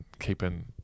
keeping